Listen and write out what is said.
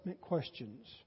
questions